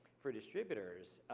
for distributors,